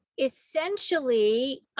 essentially